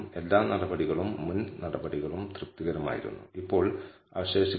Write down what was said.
അതിനാൽ നമ്മൾ β1 നുള്ള കോൺഫിഡൻസ് ഇന്റർവെൽ നിർമ്മിച്ചിരിക്കുന്നത് ശ്രദ്ധിക്കുക